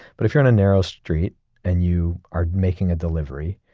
but if you're on a narrow street and you are making a delivery,